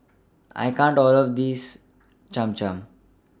I can't All of This Cham Cham